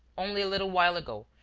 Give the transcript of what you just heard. only a little while ago,